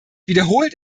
wiederholt